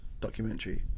documentary